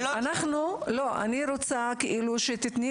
אני רוצה שתיתני